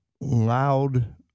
loud